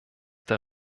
der